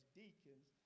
deacons